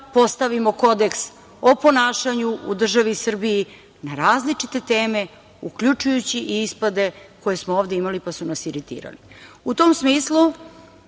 postavimo kodeks o ponašanju u državi Srbiji na različite teme, uključujući i ispada koje smo ovde imali, koje su nas iritirale.U